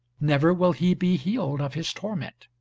never will he be healed of his torment.